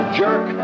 jerk